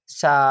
sa